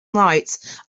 night